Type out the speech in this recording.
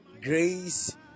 Grace